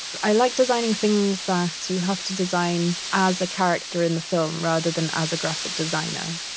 i liked designing things that you have to design as a character in the film, rather than as a graphic designer.